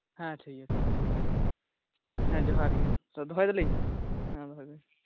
ᱦᱮᱸ ᱴᱷᱤᱠ ᱜᱮᱭᱟ ᱴᱷᱤᱠ ᱜᱮᱭᱟ ᱦᱮᱸ ᱡᱚᱦᱟᱨ ᱜᱮ ᱫᱚᱦᱚᱭ ᱮᱫᱟᱞᱤᱧ ᱦᱮᱸ ᱫᱚᱦᱚᱭᱵᱮᱱ